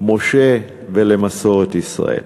משה ולמסורת ישראל.